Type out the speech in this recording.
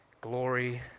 glory